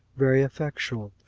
very effectual.